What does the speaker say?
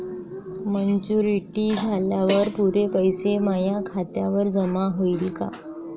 Maturity झाल्यावर पुरे पैसे माया खात्यावर जमा होईन का?